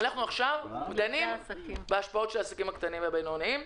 אנחנו עכשיו דנים בהשפעות על העסקים הקטנים והבינוניים.